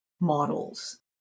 models